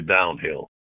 downhill